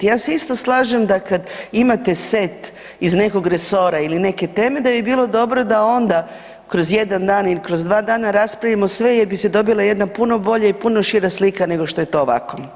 Ja se isto slažem da kad imate set iz nekoga resora ili neke teme da bi bilo dobro da onda kroz jedan dan ili kroz dva dana raspravimo sve jer bi se dobila jedna puno bolja i puno šira slika nego što je to ovako.